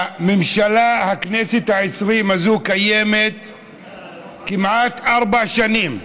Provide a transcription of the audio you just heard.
הממשלה, הכנסת העשרים הזאת, קיימת כמעט ארבע שנים.